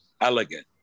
elegant